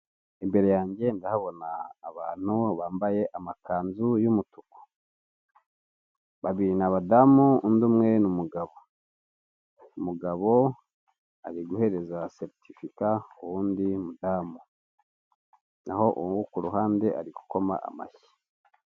Hoteli zitandukanye zo mu Rwanda bakunze kubaka ibyo bakunze kwita amapisine mu rurimi rw'abanyamahanga aho ushobora kuba wahasohokera nabawe mukaba mwahagirira ibihe byiza murimo muroga mwishimisha .